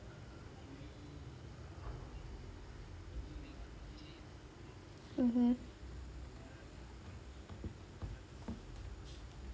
mmhmm